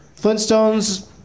Flintstones